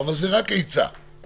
זה התחיל הרבה לפני.